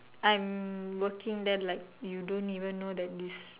I'm working there like you don't even know that this